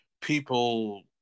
people